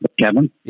Kevin